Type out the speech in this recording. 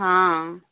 ହଁ